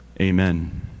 Amen